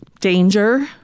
danger